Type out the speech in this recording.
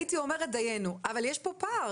הייתי אומרת דיינו, אבל יש פה פער.